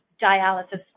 dialysis